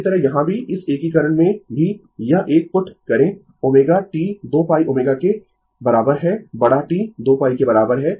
इसी तरह यहाँ भी इस एकीकरण में भी यह एक पुट करें ω t 2πω के बराबर है बड़ा T 2π के बराबर है